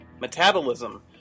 Metabolism